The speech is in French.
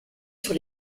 sur